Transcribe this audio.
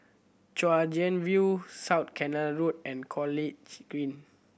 Chwee Chian View South Canal Road and College Green